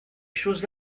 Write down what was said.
choses